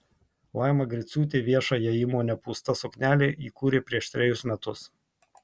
laima griciūtė viešąją įmonę pūsta suknelė įkūrė prieš trejus metus